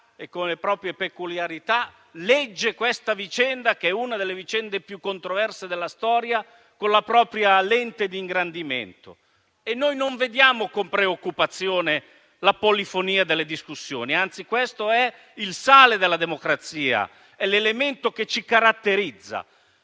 e le proprie peculiarità, legge questa vicenda, che è una delle più controverse della storia, con la propria lente d'ingrandimento. Noi non vediamo con preoccupazione la polifonia delle discussioni, anzi questo è il sale della democrazia, è l'elemento che ci caratterizza.